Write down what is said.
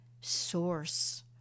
source